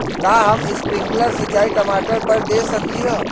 का हम स्प्रिंकल सिंचाई टमाटर पर दे सकली ह?